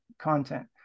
Content